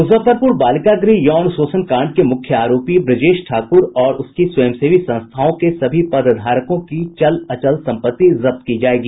मुजफ्फरपुर बालिका गृह यौन शोषण कांड के मुख्य आरोपी ब्रजेश ठाकुर और की स्वयंसेवी संस्थाओं के सभी पदधारकों की चल अचल संपत्ति जब्त की जायेगी